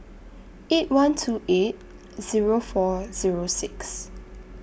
eight one two eight Zero four Zero six